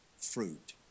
fruit